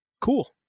Cool